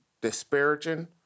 disparaging